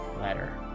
letter